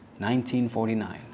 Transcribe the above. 1949